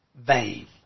vain